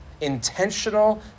intentional